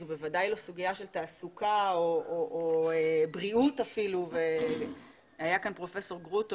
בוודאי זאת לא סוגיה של תעסוקה או אפילו בריאות - היה כאן פרופסור גרוטו